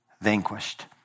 vanquished